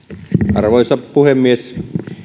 arvoisa puhemies